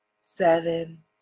seven